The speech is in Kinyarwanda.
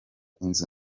inzu